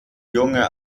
junge